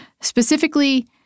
Specifically